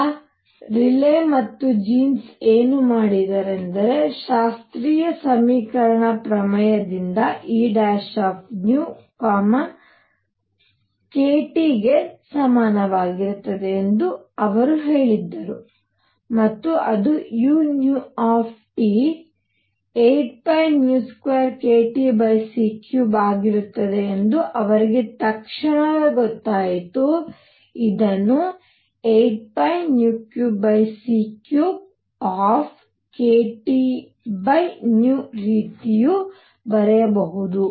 ಈಗ ರೇಲೀ ಮತ್ತು ಜೀನ್ಸ್ ಏನು ಮಾಡಿದರೆಂದರೆ ಶಾಸ್ತ್ರೀಯ ಸಮೀಕರಣ ಪ್ರಮೇಯದಿಂದ E k T ಸಮನಾಗಿರುತ್ತದೆ ಎಂದು ಅವರು ಹೇಳಿದ್ದರು ಮತ್ತು ಅದು u 8π2kTc3ಆಗಿರುತ್ತದೆ ಎಂದು ಅವರಿಗೆ ತಕ್ಷಣವೇ ಗೊತ್ತಾಯಿತು ಇದನ್ನು 8π3c3ರೀತಿಯು ಬರೆಯಬಹುದು